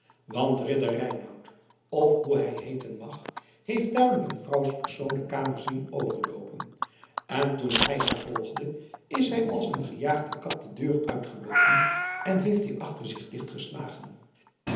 want ridder reinout of hoe hij heeten mag heeft duidelijk een vrouwspersoon de kamer zien overloopen en toen hij haar volgde is zij als een gejaagde kat de deur uitgeloopen en heeft die achter zich